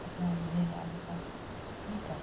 अपराध भेल आब तऽ कि करब इएहसब